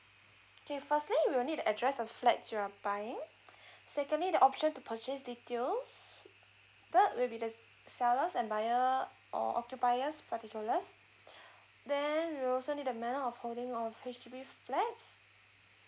okay firstly we will need the address of flat you are buying secondly the option to purchase details third will be the seller and buyer or occupiers particulars then we'll also need the manual of holding of H_D_B flats